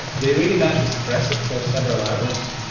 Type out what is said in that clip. they really managed to suppress it for several hours.